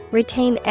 Retain